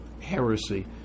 heresy